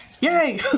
Yay